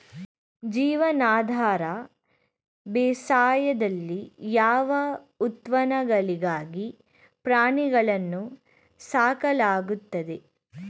ಜೀವನಾಧಾರ ಬೇಸಾಯದಲ್ಲಿ ಯಾವ ಉತ್ಪನ್ನಗಳಿಗಾಗಿ ಪ್ರಾಣಿಗಳನ್ನು ಸಾಕಲಾಗುತ್ತದೆ?